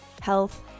health